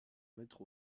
maître